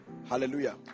Hallelujah